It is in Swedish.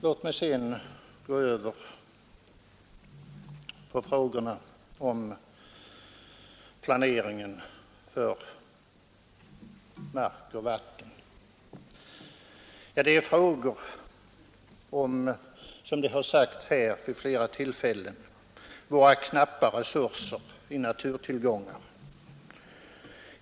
Låt mig sedan gå över på frågorna på planeringen för mark och vatten. Det är frågor om — som här har sagts vid flera tillfällen — våra knappa riksdagen — mycket talar väl resurser av naturtillgångar.